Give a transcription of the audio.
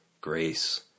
grace